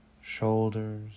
shoulders